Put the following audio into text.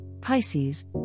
Pisces